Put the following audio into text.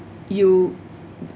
you